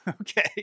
Okay